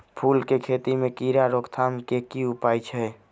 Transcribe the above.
फूल केँ खेती मे कीड़ा रोकथाम केँ की उपाय छै?